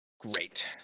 Great